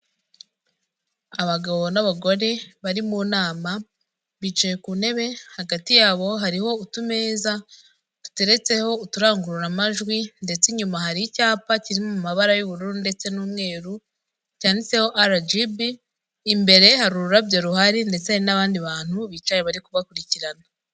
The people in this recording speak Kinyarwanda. Abagabo n'abagore bari mu nama, bicaye ku ntebe hagati yabo hariho utumeza duteretseho uturangururamajwi ndetse inyuma hari icyapa kiri mu mabara y'ubururu ndetse n'umweru cyanditseho RGB, imbere hari ururabyo ruhari ndetse n'abandi bantu bicaye bari kubakurikirana.